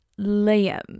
Liam